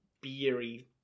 beery